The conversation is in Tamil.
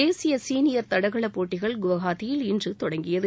தேசிய சீனியர் தடகளப் போட்டிகள் குவஹாத்தியில் இன்று தொடங்கியது